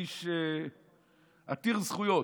איש עתיר זכויות.